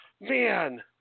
Man